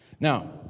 Now